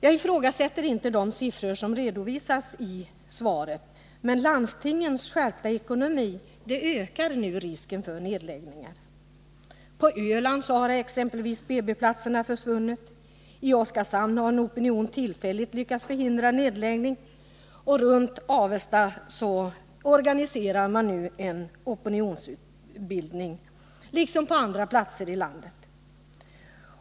Jag ifrågasätter inte de siffror som redovisas i svaret, men landstingens skärpta ekonomi ökar nu risken för nedläggningar. På Öland har BB platserna försvunnit. I Oskarshamn har opinionen tillfälligt lyckats förhindra en nedläggning. Runt Avesta, liksom på andra platser i landet, pågår nu opinionsbildning.